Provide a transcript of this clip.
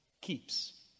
keeps